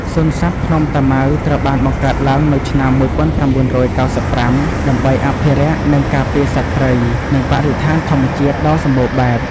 សួនសត្វភ្នំតាម៉ៅត្រូវបានបង្កើតឡើងនៅឆ្នាំ ១៩៩៥ ដើម្បីអភិរក្ស និងការពារសត្វព្រៃ និងបរិស្ថានធម្មជាតិដ៏សម្បូរបែប។